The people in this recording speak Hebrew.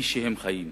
כפי שהם חיים.